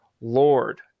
Lord